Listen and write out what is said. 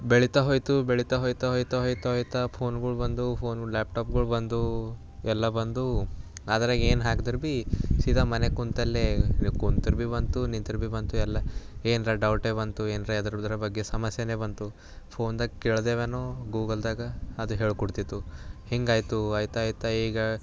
ಬೆಳೀತಾ ಹೋಯಿತು ಬೆಳೀತಾ ಹೋಗ್ತಾ ಹೋಗ್ತಾ ಹೋಗ್ತಾ ಹೋಗ್ತಾ ಫೋನ್ಗಳು ಬಂದವು ಫೋನ್ಗಳು ಲ್ಯಾಪ್ ಟಾಪ್ಗಳು ಬಂದವು ಎಲ್ಲ ಬಂದವು ಆದರೆ ಏನು ಹಾಕಿದ್ರು ಭೀ ಸೀದಾ ಮನೆಗೆ ಕೂತಲ್ಲೇ ಕೂತ್ರೂ ಭೀ ಬಂತು ನಿಂತರೂ ಭೀ ಬಂತು ಎಲ್ಲ ಏನಾರ ಡೌಟೆ ಬಂತು ಏನಾರ ಯಾವ್ದರ್ದಾರ ಬಗ್ಗೆ ಸಮಸ್ಯೆಯೇ ಬಂತು ಫೋನ್ದಾಗ ಕೇಳಿದೆವೇನು ಗೂಗಲ್ದಾಗ ಅದು ಹೇಳಿಕೊಡ್ತಿತ್ತು ಹೀಗಾಯ್ತು ಆಯ್ತಯ್ತ ಈಗ